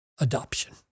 adoption